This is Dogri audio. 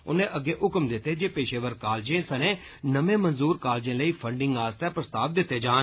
उनें अग्गै हुकम दिते जे पेषेवर कालेजें सनें नमें मंजूर कालेजें लेई फंडीग आस्तै प्रस्ताव दिते जान